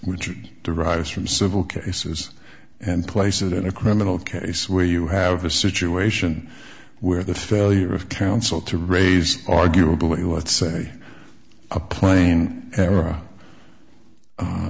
which derives from civil cases and places in a criminal case where you have a situation where the failure of counsel to raise arguably let's say a plane e